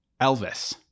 Elvis